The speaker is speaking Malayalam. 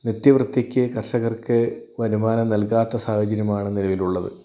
നിത്യവൃത്തിക്ക് കർഷകർക്ക് വരുമാനം നൽകാത്ത സാഹചര്യമാണ് നിലവിലുള്ളത്